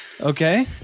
Okay